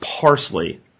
parsley